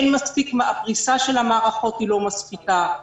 הפרישה של המערכות לא מספיקה.